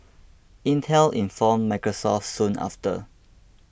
Intel informed Microsoft soon after